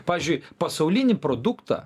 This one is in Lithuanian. pavyzdžiui pasaulinį produktą